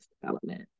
development